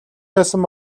байсан